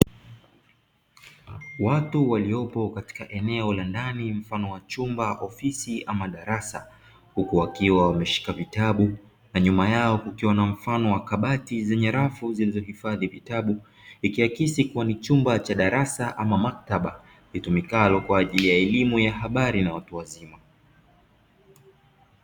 Watu waliopo katika eneo la ndani mfano wa chumba, ofisi ama darasa huku wakiwa wameshika vitabu. Na nyuma yao kukiwa na mfano wa kabati zenye rafu zilizohifadhi vitabu ikiakisi kuwa ni chumba cha darasa ama maktaba, litumikalo kwa ajili ya elimu ya habari na watu wazima.